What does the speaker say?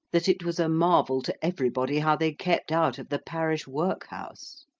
that it was a marvel to everybody how they kept out of the parish workhouse.